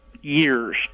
years